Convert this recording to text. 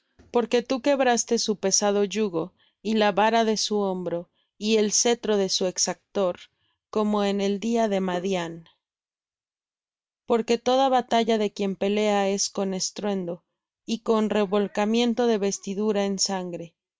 porque tú quebraste su pesado yugo y la vara de su hombro y el cetro de su exactor como en el día de madián porque toda batalla de quien pelea es con estruendo y con revolcamiento de vestidura en sangre